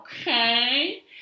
okay